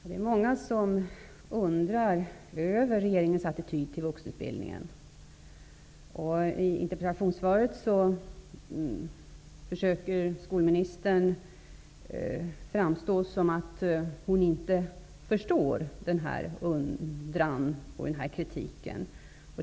Herr talman! Det är många som undrar över regeringens attityd till vuxenutbildningen. I interpellationssvaret försöker skolministern få det att framstå som att hon inte förstår denna kritik.